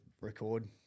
record